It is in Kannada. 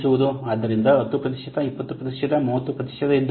ಆದ್ದರಿಂದ 10 ಪ್ರತಿಶತ 20 ಪ್ರತಿಶತ 30 ಪ್ರತಿಶತ ಇದ್ದವು